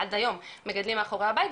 עד היום מגדלים מאחורי הבית,